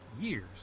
years